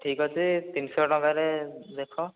ଠିକ୍ ଅଛି ତିନି ଶହ ଟଙ୍କା ରେ ଦେଖ